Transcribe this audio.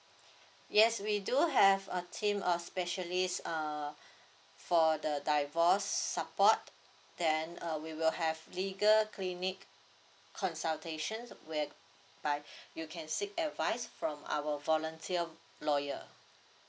yes we do have a team a specialist err for the divorce support then err we will have legal clinic consultations whereby you can seek advice from our volunteered lawyer